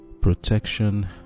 protection